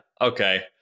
Okay